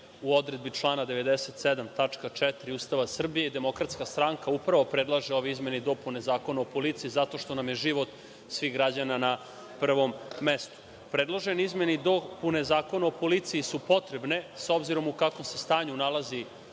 u odredbi člana 97. tačka 4) Ustava Srbije i DS upravo predlaže ove izmene i dopune Zakona o policiji zato što nam je život svih građana na prvom mestu. Predložene izmene i dopune Zakona o policiji su potrebne, s obzirom u kakvom se stanju nalazi